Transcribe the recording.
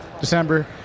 December